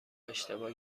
اشتباه